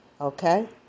okay